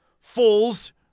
fools